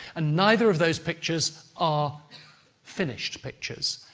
and neither of those pictures are finished pictures.